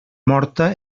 morta